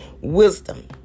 Wisdom